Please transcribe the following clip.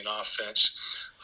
offense